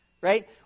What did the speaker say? right